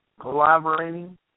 collaborating